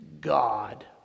God